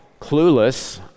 clueless